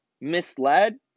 misled